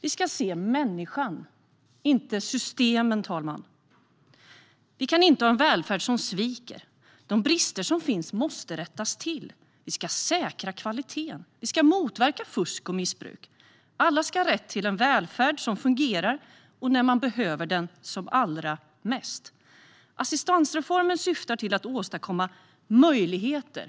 Vi ska se människan, inte systemen. Vi kan inte ha en välfärd som sviker. De brister som finns måste rättas till. Vi ska säkra kvaliteten och motverka fusk och missbruk. Alla ska ha rätt till en välfärd som fungerar när man behöver den som allra mest. Assistansreformen syftar till att åstadkomma möjligheter.